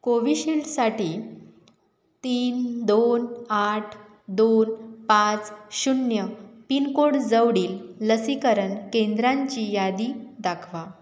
कोव्हिशिल्डसाठी तीन दोन आठ दोन पाच शून्य पिनकोड जवळील लसीकरण केंद्रांची यादी दाखवा